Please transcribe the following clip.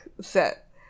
set